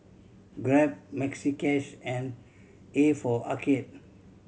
Grab Maxi Cash and A for Arcade